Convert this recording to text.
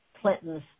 Clinton's